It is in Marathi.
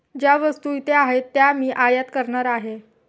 ज्या वस्तू इथे आहेत त्या मी आयात करणार आहे